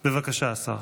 בבקשה, השר.